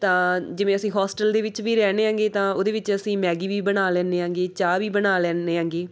ਤਾਂ ਜਿਵੇਂ ਅਸੀਂ ਹੋਸਟਲ ਦੇ ਵਿੱਚ ਵੀ ਰਹਿੰਦੇ ਆਂਗੇ ਤਾਂ ਉਹਦੇ ਵਿੱਚ ਅਸੀਂ ਮੈਗੀ ਵੀ ਬਣਾ ਲੈਂਦੇ ਆਂਗੇ ਚਾਹ ਵੀ ਬਣਾ ਲੈਂਦੇ ਆਂਗੇ